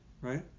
right